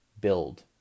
build